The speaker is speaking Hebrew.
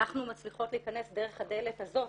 אנחנו מצליחות להכנס דרך הדלת הזאת,